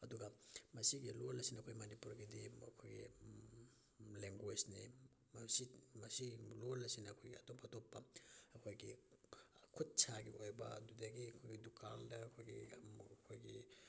ꯑꯗꯨꯒ ꯃꯁꯤꯒꯤ ꯂꯣꯟ ꯑꯁꯤꯅ ꯑꯩꯈꯣꯏ ꯃꯅꯤꯄꯨꯔꯒꯤꯗꯤ ꯃꯈꯣꯏꯒꯤ ꯂꯦꯡꯒ꯭ꯋꯦꯁꯅꯦ ꯃꯁꯤ ꯃꯁꯤ ꯂꯣꯟ ꯑꯁꯤꯅ ꯑꯩꯈꯣꯏꯒꯤ ꯑꯇꯣꯞ ꯑꯇꯣꯞꯄ ꯑꯩꯈꯣꯏꯒꯤ ꯈꯨꯠ ꯁꯥꯒꯤ ꯑꯣꯏꯕ ꯑꯗꯨꯗꯒꯤ ꯑꯩꯈꯣꯏꯒꯤ ꯗꯨꯀꯥꯟꯗ ꯑꯩꯈꯣꯏꯒꯤ ꯑꯩꯈꯣꯏꯒꯤ